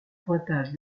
pointage